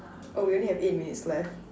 oh we only have eight minutes left